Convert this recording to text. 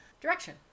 direction